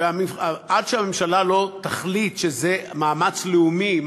ועד שהממשלה לא תחליט שזה מאמץ לאומי,